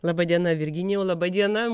laba diena virginijau laba diena